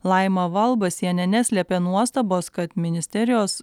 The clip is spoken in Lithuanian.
laima valbasienė neslėpė nuostabos kad ministerijos